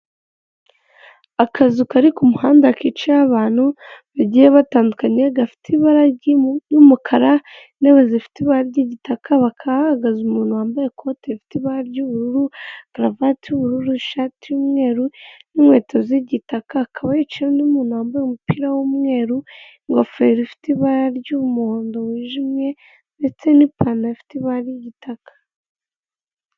Akazu kari ku muhanda kicayeho abantu batandukanye, gafite ibara ry'umukara, intebe zifite ibara ry'igitaka. Hakaba hahagaze umuntu wambaye ikoti rifite ibara ry'ubururu, karuvati y'ubururu, ishati y'umweru, n'inkweto z'igitaka. Akaba yiciye undi muntu wambaye umupira w'umweru, ingofero ifite ibara ry'umuhondo wijimye, ndetse n'ipantaro ifite ibara ry'igitaka.